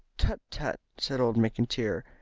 tut! tut! said old mcintyre.